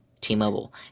T-Mobile